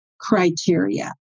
criteria